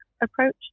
approach